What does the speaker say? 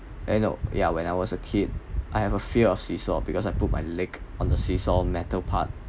and uh yeah when I was a kid I have a fear of seesaw because I put my leg on the seesaw metal part